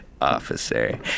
officer